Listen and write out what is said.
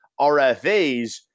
RFAs